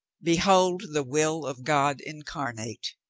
behold the will of god incarnate.